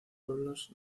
pueblos